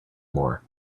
more